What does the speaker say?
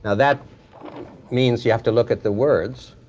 that means you have to look at the words,